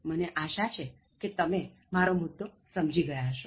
મને આશા છે કે તમે મારો મુદ્દો સમજી ગયા હશો